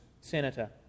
senator